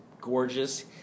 gorgeous